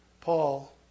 Paul